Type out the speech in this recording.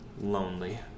lonely